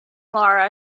laura